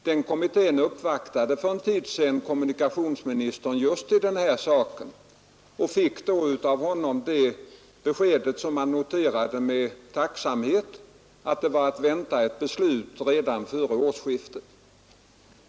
Den kommittén uppvaktade för en tid sedan kommunikationsministern just i detta ärende och fick av honom det beskedet, som man noterade med tacksamhet, att ett beslut är att vänta redan före årsskiftet.